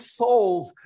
souls